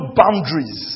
boundaries